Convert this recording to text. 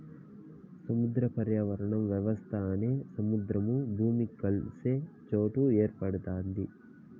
సముద్ర పర్యావరణ వ్యవస్థ అనేది సముద్రము, భూమి కలిసే సొట ఏర్పడుతాది